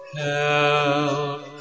help